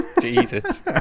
Jesus